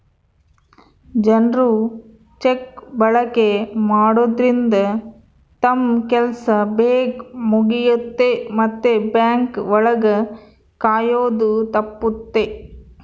ಜನ್ರು ಚೆಕ್ ಬಳಕೆ ಮಾಡೋದ್ರಿಂದ ತಮ್ ಕೆಲ್ಸ ಬೇಗ್ ಮುಗಿಯುತ್ತೆ ಮತ್ತೆ ಬ್ಯಾಂಕ್ ಒಳಗ ಕಾಯೋದು ತಪ್ಪುತ್ತೆ